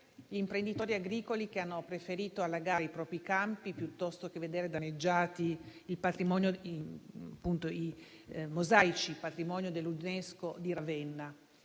imprenditori agricoli, che hanno preferito allagare i propri campi piuttosto che vedere danneggiati i mosaici di Ravenna,